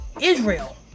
Israel